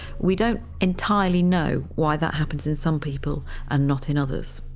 we don't entirely know why that happens in some people and not in others.